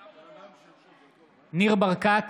בעד ניר ברקת,